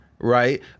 right